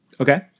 Okay